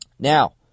Now